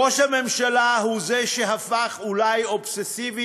ראש הממשלה הוא זה שהפך אולי אובססיבי